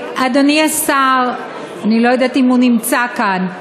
אדוני השר, אני לא יודעת אם הוא נמצא כאן,